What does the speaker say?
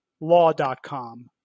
law.com